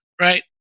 right